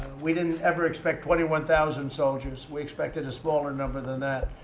we didn't ever expect twenty one thousand soldiers. we expected a smaller number than that.